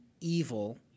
evil